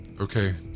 Okay